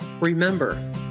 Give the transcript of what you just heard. remember